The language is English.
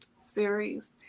series